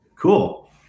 Cool